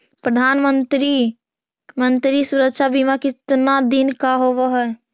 प्रधानमंत्री मंत्री सुरक्षा बिमा कितना दिन का होबय है?